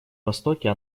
востоке